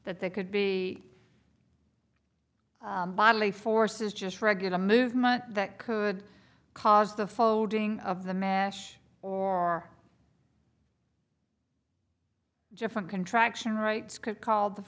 that they could be bodily forces just regular movement that could cause the folding of the mash or different contraction right script called the